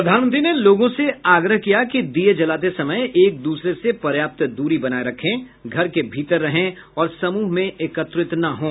प्रधानमंत्री ने लोगों से आग्रह किया कि दीए जलाते समय एक दूसरे से पर्याप्त दूरी बनाएं रखें घर के भीतर रहें और समूह में एकत्रित न हों